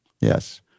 Yes